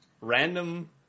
random